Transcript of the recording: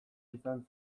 izan